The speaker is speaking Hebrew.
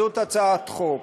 זאת הצעת החוק.